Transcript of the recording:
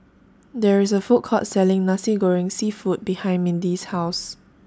There IS A Food Court Selling Nasi Goreng Seafood behind Mindi's House